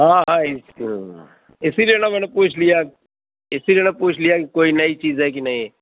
ہاں ہاں اِس کو اِسی لیے نا میں نے پوچھ لیا اِسی لیے نا پوچھ لیا کہ کوئی نئی چیز ہے کہ نہیں